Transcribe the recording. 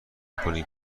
کنیم